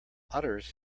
otters